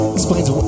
Explains